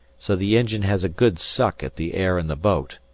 so the engine has a good suck at the air in the boat,